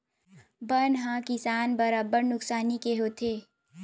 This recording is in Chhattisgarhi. बन ह किसान बर अब्बड़ नुकसानी के होथे